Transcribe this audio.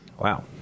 Wow